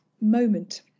moment